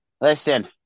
Listen